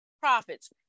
Profits